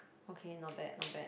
okay not bad not bad